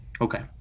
Okay